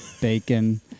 bacon